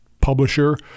publisher